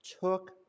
took